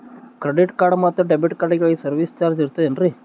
Credit card ಮತ್ತು debit ಕಾರ್ಡಗಳಿಗೆ service charge ಇರುತೇನ್ರಿ?